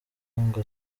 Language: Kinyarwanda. ngo